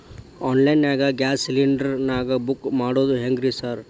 Online ನಾಗ gas cylinder ನಾ book ಮಾಡೋದ್ ಹೆಂಗ್ರಿ ಸಾರ್?